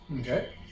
Okay